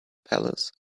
palace